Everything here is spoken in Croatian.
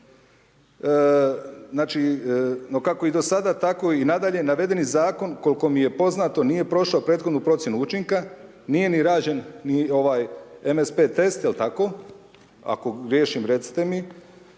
znači ma kako i do sada, tako i nadalje, navedeni zakon koliko mi je poznato, nije prošao prethodnu procjenu učinka, nije ni rađen ni ovaj .../Govornik se ne